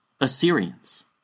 Assyrians